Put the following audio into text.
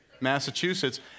Massachusetts